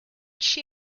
she